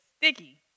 sticky